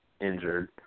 injured